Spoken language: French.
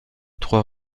trois